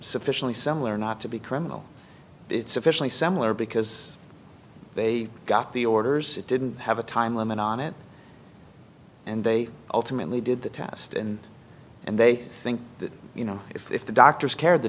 sufficiently similar not to be criminal it's sufficiently similar because they got the orders it didn't have a time limit on it and they ultimately did the test and and they think that you know if the doctor's care the